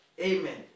amen